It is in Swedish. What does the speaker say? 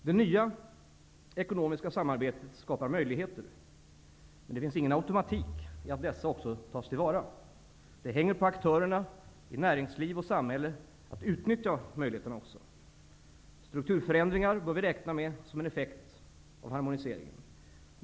Det nya ekonomiska samarbetet skapar möjligheter -- men det finns ingen automatik i att dessa också tas till vara. Det hänger på aktörerna i näringsliv och samhälle att också utnyttja möjligheterna. Strukturförändringar bör vi räkna med som en effekt av harmoniseringen.